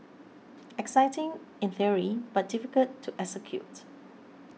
exciting in theory but difficult to execute